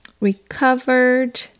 Recovered